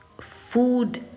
Food